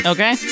Okay